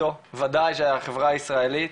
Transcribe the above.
ודאי שהחברה הישראלית,